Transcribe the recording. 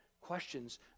questions